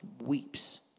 weeps